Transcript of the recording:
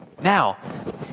Now